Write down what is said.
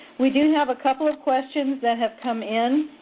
we do have a couple of questions that have come in